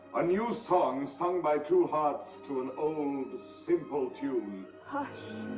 a new song sung by two hearts to an old, simple tune. hush.